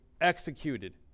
executed